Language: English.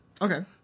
Okay